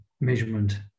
measurement